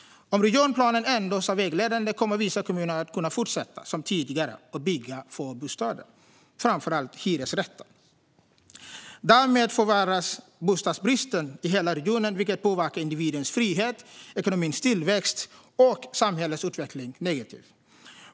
Om regionplanen endast är vägledande kommer vissa kommuner att kunna fortsätta som tidigare och bygga få bostäder, framför allt hyresrätter. Därmed förvärras bostadsbristen i hela regionen, vilket påverkar individens frihet, ekonomins tillväxt och samhällets utveckling negativt.